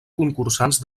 concursants